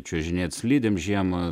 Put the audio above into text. čiuožinėt slidėm žiemą